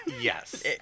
Yes